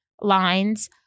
lines